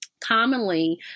commonly